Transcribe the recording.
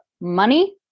money